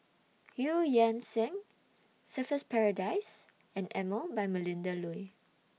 EU Yan Sang Surfer's Paradise and Emel By Melinda Looi